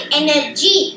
energy